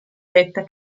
detta